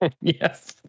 yes